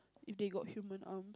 if they got human arm